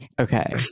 Okay